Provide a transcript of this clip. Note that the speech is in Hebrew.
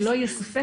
שלא יהיה ספק,